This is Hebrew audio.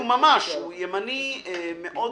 הוא ממש ימני מאוד,